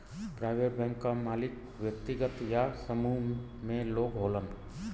private bank क मालिक व्यक्तिगत या समूह में लोग होलन